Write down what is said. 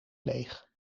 leeg